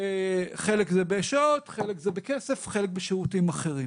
חלק זה בשעות, חלק זה בכסף, חלק בשירותים אחרים.